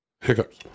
hiccups